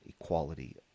equality